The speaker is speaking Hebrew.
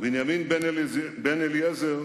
בנימין בן-אליעזר,